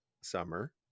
summer